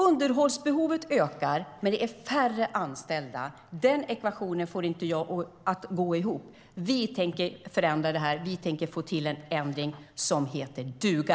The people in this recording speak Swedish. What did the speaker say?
Underhållsbehovet ökar, men det är färre anställda. Den ekvationen får inte jag att gå ihop. Vi tänker förändra det här. Vi tänker få till en ändring som heter duga.